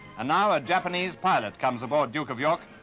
and now a japanese pilot comes aboard duke of york,